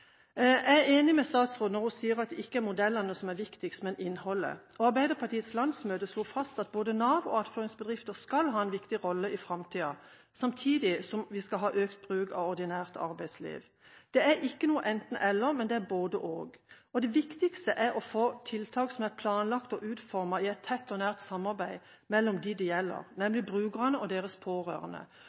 Jeg er enig med statsråden når hun sier at det ikke er modellene som er viktigst, men innholdet. Arbeiderpartiets landsmøte slo fast at både Nav og attføringsbedrifter skal ha en viktig rolle i framtida, samtidig som vi skal ha økt bruk av ordinært arbeidsliv. Det er ikke enten–eller, det er både–og. Det viktigste er å få tiltak som er planlagt og utformet i et tett og nært samarbeid mellom dem det gjelder, nemlig mellom tjenestemottakerne og deres pårørende.